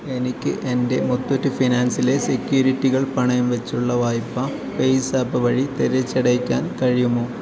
എനിക്ക് എൻ്റെ മുത്തൂറ്റ് ഫിനാൻസിലെ സെക്യൂരിറ്റികൾ പണയം വെച്ചുള്ള വായ്പ പേയ്സാപ്പ് വഴി തിരിച്ചടയ്ക്കാൻ കഴിയുമോ